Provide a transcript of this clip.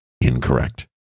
incorrect